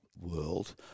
world